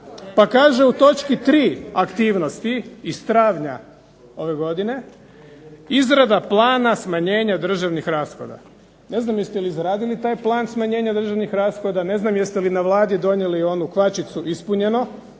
Pa kaže u točki 3. aktivnosti iz travnja ove godine, izrada plana smanjenja državnih rashoda. Ne znam jeste li izradili taj plan smanjenja državnih rashoda, ne znam jeste li na Vladi donijeli onu kvačicu ispunjeno.